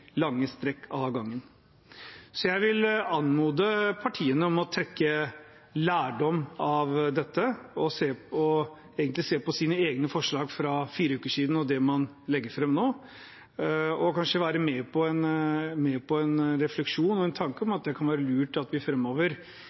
lange strekk av gangen. Så jeg vil anmode partiene om å trekke lærdom av dette, se på egne forslag fra fire uker siden og det man legger fram nå, og kanskje være med på en refleksjon og en tanke om at det kan være lurt at vi